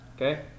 Okay